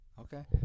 okay